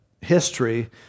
history